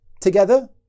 together